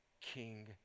King